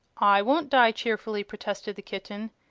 i won't die cheerfully! protested the kitten.